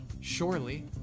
Surely